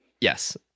Yes